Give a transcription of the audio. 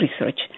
Research